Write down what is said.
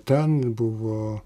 ten buvo